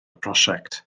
prosiect